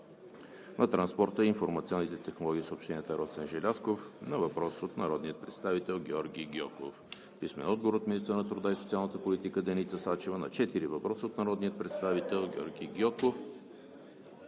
на транспорта, информационните технологии и съобщенията Росен Желязков на въпрос от народния представител Георги Гьоков; - министъра на труда и социалната политика Деница Сачева на четири въпроса от народния представител Георги Гьоков;